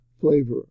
flavor